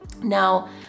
Now